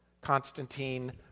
Constantine